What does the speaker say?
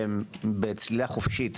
שהם בצלילה חופשית